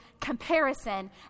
comparison